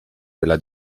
della